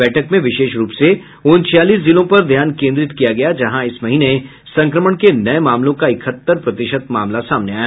बैठक में विशेष रूप से उन छियालीस जिलों पर ध्यान केन्द्रित किया गया जहां इस महीने संक्रमण के नये मामलों का इकहत्तर प्रतिशत मामले सामने आए